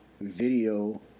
video